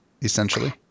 Essentially